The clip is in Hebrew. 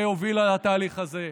שהובילה את התהליך הזה,